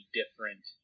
different